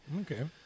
Okay